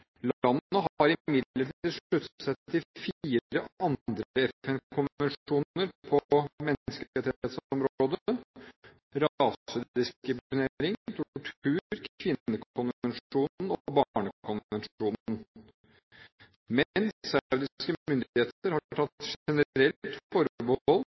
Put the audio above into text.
har imidlertid sluttet seg til fire andre FN-konvensjoner på menneskerettighetsområdet: Rasediskrimineringskonvensjonen, Torturkonvensjonen, Kvinnekonvensjonen og Barnekonvensjonen. Men saudiske myndigheter har tatt